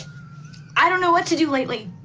i don't know what to do lately.